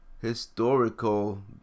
historical